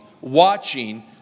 watching